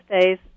days